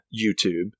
YouTube